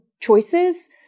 choices